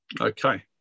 Okay